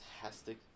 fantastic